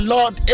Lord